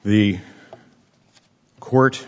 the court